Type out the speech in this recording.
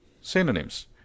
Synonyms